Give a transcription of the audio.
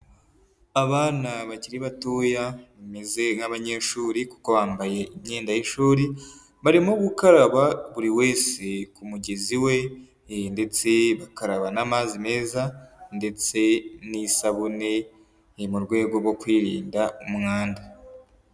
Abana bakiri batoya bameze nk'abanyeshuri kuko bambaye imyenda y'ishuri, barimo gukaraba buri wese ku mugezi we ndetse bakaraba n'amazi meza ndetse n'isabune, ni mu rwego rwo kwirinda umwanda.